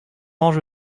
mange